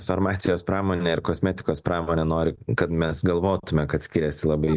farmacijos pramonė ir kosmetikos pramonė nori kad mes galvotume kad skiriasi labai